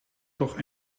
toch